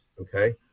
okay